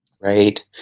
Right